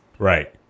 Right